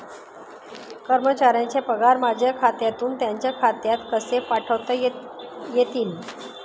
कर्मचाऱ्यांचे पगार माझ्या खात्यातून त्यांच्या खात्यात कसे पाठवता येतील?